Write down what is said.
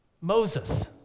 Moses